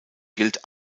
gilt